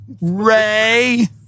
Ray